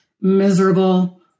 miserable